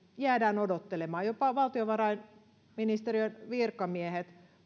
jäädään odottelemaan jopa valtiovarainministeriön virkamiehet